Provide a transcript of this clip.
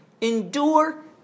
endure